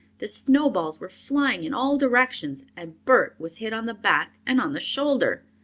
the snowballs were flying in all directions and bert was hit on the back and on the shoulder.